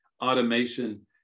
Automation